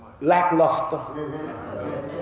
lackluster